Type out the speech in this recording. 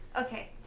Okay